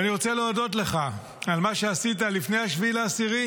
ואני רוצה להודות לך על מה שעשית לפני 7 באוקטובר,